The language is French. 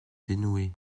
dénouer